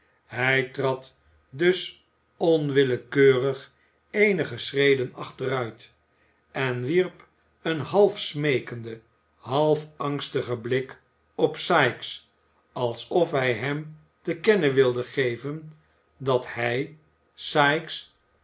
hij trad dus onwillekeurig eenige schreden achteruit en wierp een half smeekenden half angstigen blik op sikes alsof hij hem te kennen wilde geven dat hij